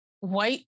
White